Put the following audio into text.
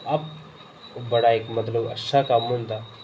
ओह् बड़ा इक्क मतलब अच्छा कम्म होंदा